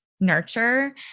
nurture